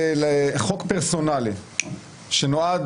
חוק פרסונלי שנועד,